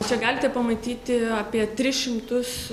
čia galite pamatyti apie tris šimtus